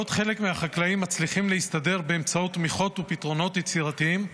בעוד חלק מהחקלאים מצליחים להסתדר באמצעות תמיכות ופתרונות יצירתיים,